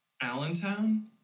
Allentown